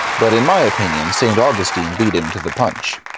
but in my opinion st. augustine beat him to the punch.